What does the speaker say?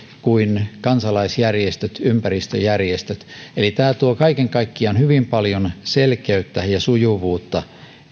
kuin kansalaisjärjestöt ympäristöjärjestöt eli tämä tuo kaiken kaikkiaan hyvin paljon selkeyttä ja sujuvuutta